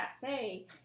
Cafe